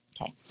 Okay